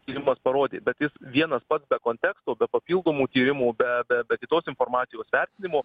tyrimas parodė bet jis vienas pats be konteksto be papildomų tyrimų be be kitos informacijos vertinimo